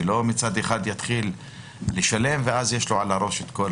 שלא מצד אחד יתחיל לשלם ואז יש לו על הראש את כל